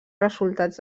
resultats